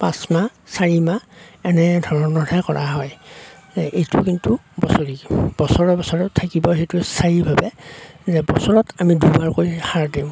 পাঁচ মাহ চাৰি মাহ এনে ধৰণৰহে কৰা হয় এইটো কিন্তু বছৰেকীয়া বছৰে বছৰে থাকিব সেইটো স্থায়ীভাৱে বছৰত যে আমি দুবাৰ কৰি সাৰ দিওঁ